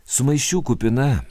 sumaiščių kupina